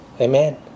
Amen